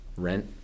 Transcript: Rent